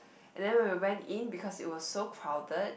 and then when we went in because it was so crowded